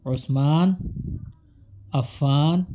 Usman Affan